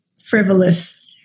frivolous